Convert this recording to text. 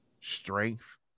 strength